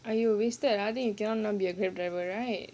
!aiyo! wasted ah then you cannot now be a Grab driver right